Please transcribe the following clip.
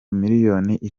milliyoni